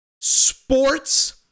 sports